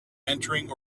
entering